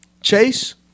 Chase